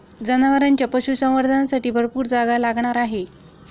जनावरांच्या पशुसंवर्धनासाठी भरपूर जागा लागणार आहे